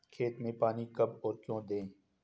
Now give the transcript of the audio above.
खेत में पानी कब और क्यों दें?